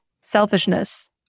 selfishness